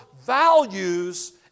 values